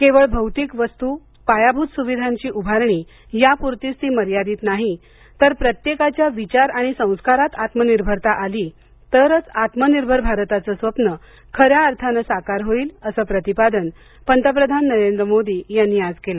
केवळ भौतिक वस्तू पायाभूत सुविधांची उभारणी यापुरताच ती मर्यादित नाही तर प्रत्येकाच्या विचार आणि संस्कारात आत्मनिर्भरता आली तरच आत्मनिर्भर भारताचं स्वप्न खऱ्या अर्थानं साकार होईल असं प्रतिपादन पंतप्रधान नरेंद्र मोदी यांनी आज केलं